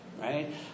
right